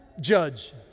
judge